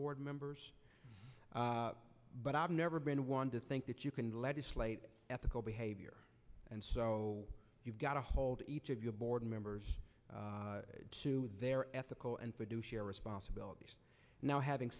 board members but i've never been one to think that you can legislate ethical behavior and so you've got to hold each of your board members to their ethical and fiduciary responsibilities now having